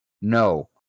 no